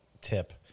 tip